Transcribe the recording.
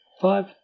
five